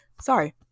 Sorry